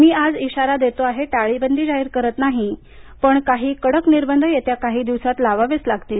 मी आज इशारा देतो आहे टाळेबंदी जाहीर करत नाही पण काही कडक निर्बंध येत्या काही दिवसांत लावावेच लागतील